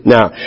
Now